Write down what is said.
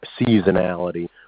seasonality